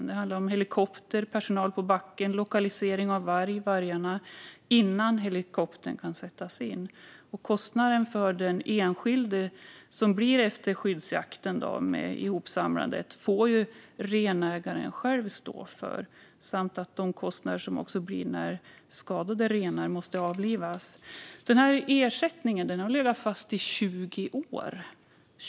Det handlar om helikopter och om personal på backen, och det handlar om lokalisering av vargarna innan helikoptern kan sättas in. Kostnader som följer efter skyddsjakten får renägaren själv stå för - det handlar om ihopsamlandet och om skadade renar som måste avlivas. Ersättningen har legat fast i 20 år.